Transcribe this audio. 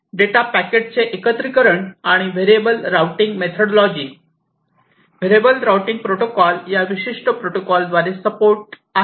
data पॅकेटचे एकत्रीकरण आणि variable routing methodology variable routing protocol या विशिष्ट प्रोटोकॉल द्वारे सपोर्ट आहेत